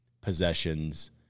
possessions